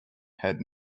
had